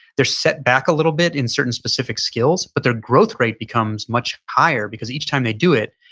they're set back a little bit in certain specific skills, but their growth rate becomes much higher because each time they do it,